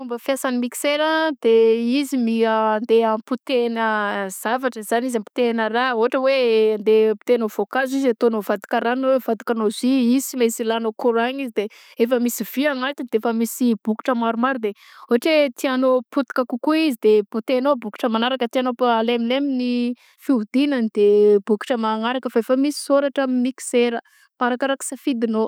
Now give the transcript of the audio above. Fomba fiasan'ny miksera de izy mia- izy andeha ampotehagna zavatra zany izy ampotehana raha ôhatra hoe andeha ampotehanao voankazo izy ataonao mivadika rano mivadika anao jus izy tsy maintsy ilanao courant-gna izy efa misy vy agnatiny de efa misy bokotra maromaro de ôhatra hoe tianao ho potika kokoa izy de poteanao bokotra manaraka tiagano alemilemy fihodignany de bokotra magnaraka fa efa misy sôratra ny miksera fa arakaraka safidinao.